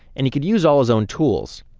and he could use all his own tools.